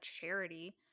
charity